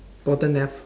bottom left